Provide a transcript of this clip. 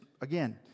again